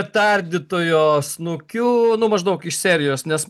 tardytojo snukiu nu maždaug iš serijos nes